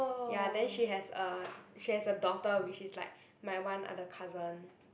ya then she has a she has a daughter which is like my one other cousin